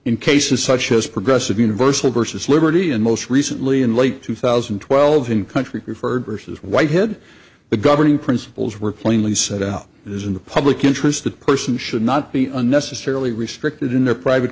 in cases such as progressive universal versus liberty and most recently in late two thousand and twelve in country preferred versus whitehead the governing principles were plainly set out is in the public interest that person should not be unnecessarily restricted in their private